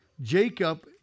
Jacob